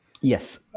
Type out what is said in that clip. Yes